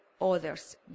others